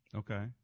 okay